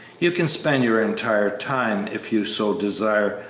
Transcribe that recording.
you can spend your entire time, if you so desire,